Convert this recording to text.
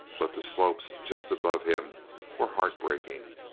but the slopes just above him were heart-breaking,